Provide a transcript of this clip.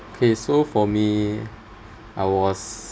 okay so for me I was